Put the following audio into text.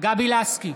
גבי לסקי,